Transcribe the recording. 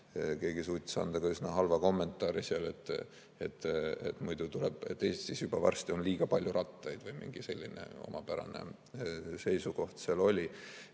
Keegi suutis anda ka üsna halva kommentaari, et muidu on Eestis juba varsti liiga palju rattaid või mingi selline omapärane seisukoht seal oli.